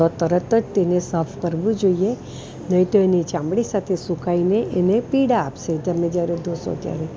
તો તરત જ તેને સાફ કરવું જોઈએ નહીં તો એની ચામડી સાથે સુકાઈને એને પીડા આપશે તમે જ્યારે ધોશો ત્યારે